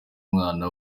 umwana